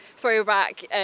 throwback